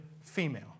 female